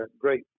great